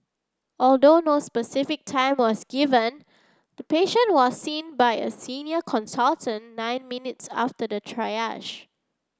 although no specific time was given the patient was seen by a senior consultant nine minutes after the triage